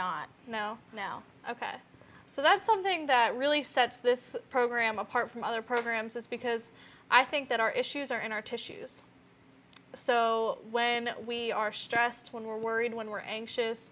not know now ok so that's something that really sets this program apart from other programs is because i think that our issues are in our tissues so when we are stressed when we're worried when we're anxious